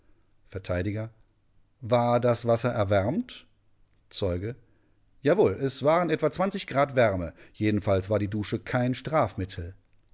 vert war das wasser erwärmt zeuge jawohl es waren etwa grad wärme jedenfalls war die dusche kein strafmittel